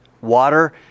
water